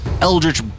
Eldritch